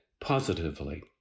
positively